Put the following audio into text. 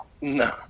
No